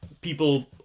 people